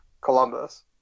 Columbus